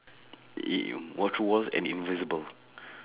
in~ walk through walls and invisible